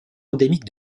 endémique